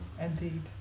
Indeed